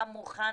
בא מוכן